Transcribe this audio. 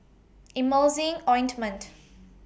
Emulsying Ointment